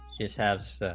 jews have